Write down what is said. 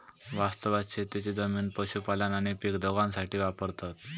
वास्तवात शेतीची जमीन पशुपालन आणि पीक दोघांसाठी वापरतत